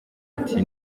ati